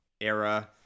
era